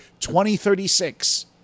2036